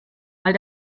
weil